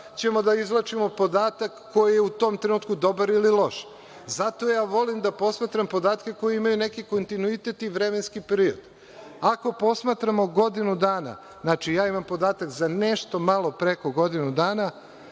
ćemo da izvlačimo podatak koji je u tom trenutku dobar ili loš. Zato ja volim da posmatram podatke koji imaju neki kontinuitet i vremenski period. Ako posmatramo godinu dana, ja imam podatak za nešto malo preko godinu dana,